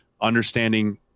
understanding